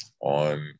on